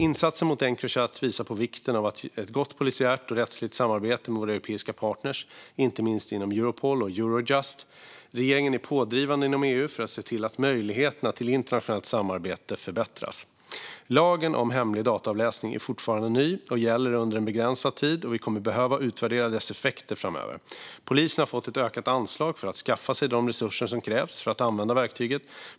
Insatsen mot Encrochat visar på vikten av ett gott polisiärt och rättsligt samarbete med våra europeiska partner, inte minst inom Europol och Eurojust. Regeringen är pådrivande inom EU för att se till att möjligheterna till internationellt samarbete förbättras. Lagen om hemlig dataavläsning är fortfarande ny och gäller under en begränsad tid, och vi kommer att behöva utvärdera dess effekter framöver. Polisen har fått ett ökat anslag för att skaffa sig de resurser som krävs för att använda verktyget.